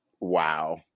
Wow